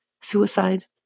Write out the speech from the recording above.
suicide